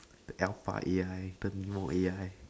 alpha A_I turn mode A_I